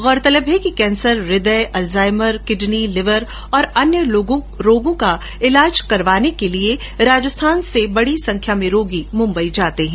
गौरतलब है कि कैंसर हृदय अल्जाइमर किडनी लिवर और अन्य रोगों का इलाज करवाने के लिए राजस्थान से बड़ी संख्या में रोगी मुम्बई जाते हैं